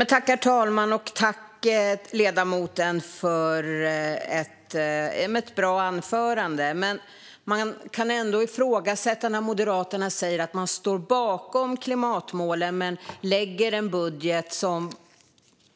Herr talman! Tack, ledamoten, för ett bra anförande! Men man kan ändå ifrågasätta när Moderaterna säger att de står bakom klimatmålen men ändå lägger fram en budget som